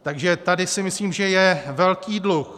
Takže tady si myslím, že je velký dluh.